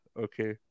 okay